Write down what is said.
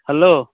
hello